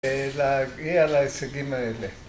‫היא על ההישגים האלה.